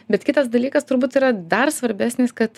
bet kitas dalykas turbūt yra dar svarbesnis kad